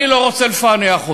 אני לא רוצה לפענח אותו.